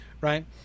right